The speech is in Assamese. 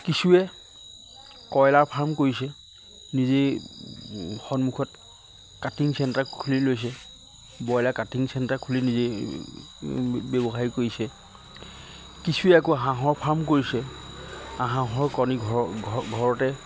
কিছুৱে কয়লাৰ ফাৰ্ম কৰিছে নিজেই সন্মুখত কাটিং চেণ্টাৰ খুলি লৈছে ব্ৰইলাৰ কাটিং চেণ্টাৰ খুলি নিজেই ব্যৱসায় কৰিছে কিছুৱে আকৌ হাঁহৰ ফাৰ্ম কৰিছে হাঁহৰ কণী ঘৰ ঘৰ ঘৰতে